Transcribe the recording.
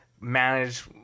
manage